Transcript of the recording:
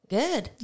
good